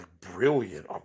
brilliant